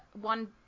one